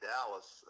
Dallas